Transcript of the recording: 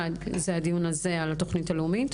אחד זה הדיון הזה על התוכנית הלאומית,